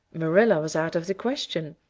marilla was out of the question.